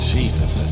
Jesus